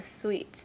sweet